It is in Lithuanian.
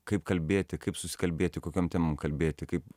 kaip kalbėti kaip susikalbėti kokiom temom kalbėti kaip